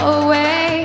away